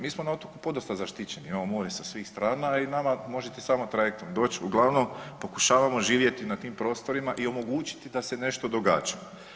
Mi smo na otoku podosta zaštićeni, imamo more sa svih strana i nama možete samo trajektom doć, uglavnom, pokušavamo živjeti na tim prostorima i omogućiti da se nešto događa.